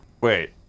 Wait